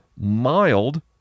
mild